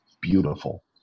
beautiful